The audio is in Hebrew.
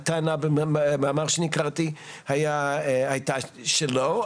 הטענה במאמר שקראתי היתה שלא,